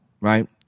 right